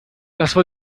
wollte